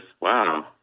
wow